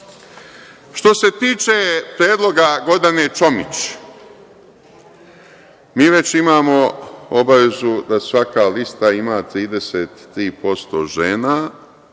se tiče predloga Gordane Čomić, mi već imamo obavezu da svaka lista ima 33% žena,